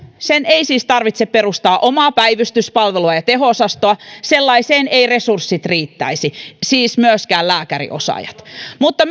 sen ei siis tarvitse perustaa omaa päivystyspalvelua ja teho osastoa sellaiseen eivät resurssit riittäisi eivät myöskään lääkäriosaajat mutta